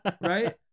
Right